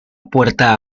puerta